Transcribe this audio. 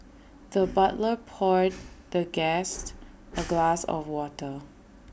the butler poured the guest A glass of water